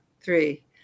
three